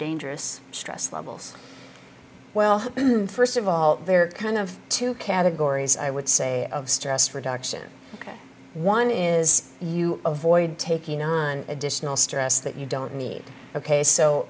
dangerous stress levels well first of all there are kind of two categories i would say of stress reduction ok one is you avoid taking on additional stress that you don't need ok so